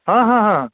हां हां हां